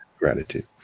gratitude